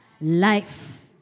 life